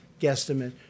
guesstimate